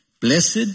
Blessed